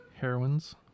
heroines